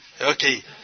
okay